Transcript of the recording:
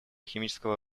химического